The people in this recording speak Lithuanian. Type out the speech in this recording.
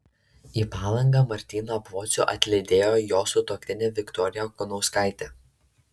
į palangą martyną pocių atlydėjo jo sutuoktinė viktorija kunauskaitė